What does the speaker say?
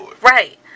Right